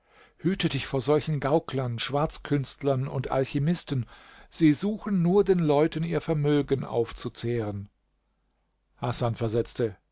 hüte dich vor solchen gauklern schwarzkünstlern und alchimisten sie suchen nur den leuten ihr vermögen aufzuzehren hasan versetzte